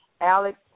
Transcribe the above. Alex